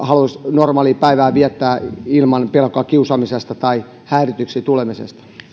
normaalia päivää viettää ilman pelkoa kiusaamisesta tai häirityksi tulemisesta